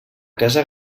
casa